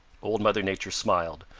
old mother nature smiled,